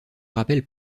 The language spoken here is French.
rappelle